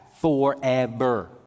forever